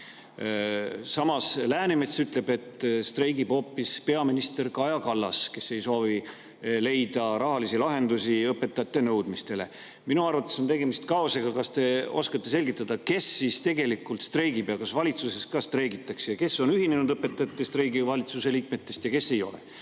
Samas ütleb Läänemets, et streigib hoopis peaminister Kaja Kallas, kes ei soovi leida rahalisi lahendusi õpetajate nõudmistele. Minu arvates on tegemist kaosega. Kas te oskate selgitada, kes siis tegelikult streigib ja kas valitsuses ka streigitakse? Kes on ühinenud õpetajate streigiga valitsuse liikmetest ja kes ei